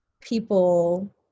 people